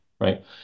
right